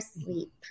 sleep